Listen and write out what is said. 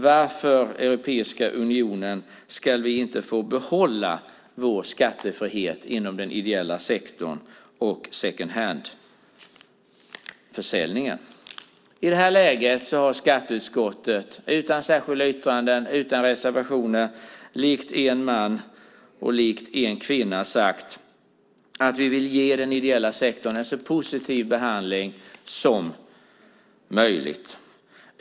Varför, Europeiska unionen, ska vi inte få behålla vår skattefrihet inom den ideella sektorn och secondhandförsäljningen? I det här läget har skatteutskottet utan särskilda yttranden och utan reservationer likt en man och en kvinna sagt att vi vill ge den ideella sektorn en så positiv behandling som möjligt.